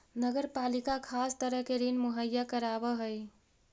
नगर पालिका खास तरह के ऋण मुहैया करावऽ हई